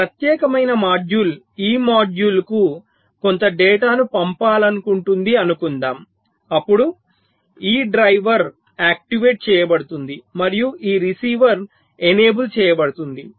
ఈ ప్రత్యేకమైన మాడ్యూల్ ఈ మాడ్యూల్కు కొంత డేటాను పంపాలనుకుంటుంది అనుకుందాం అప్పుడు ఈ డ్రైవర్ ఆక్టివేట్ చేయబడుతుంది మరియు ఈ రిసీవర్ ఎనేబుల్ చేయబడుతుంది